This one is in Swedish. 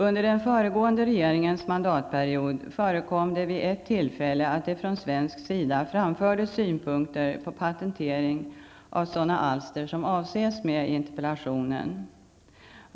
Under den föregående regeringens mandatperiod förekom det vid ett tillfälle att det från svensk sida framfördes synpunkter på patentering av sådana alster som avses med interpellationen.